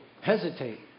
hesitate